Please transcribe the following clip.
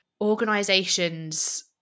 organizations